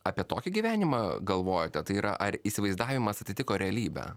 apie tokį gyvenimą galvojote tai yra ar įsivaizdavimas atitiko realybę